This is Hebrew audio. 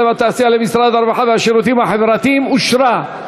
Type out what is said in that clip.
והתעשייה למשרד הרווחה והשירותים החברתיים נתקבלה.